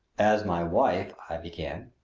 as my wife i began.